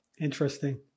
Interesting